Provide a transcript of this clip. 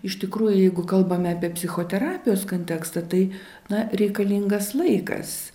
iš tikrųjų jeigu kalbame apie psichoterapijos kontekstą tai na reikalingas laikas